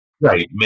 Right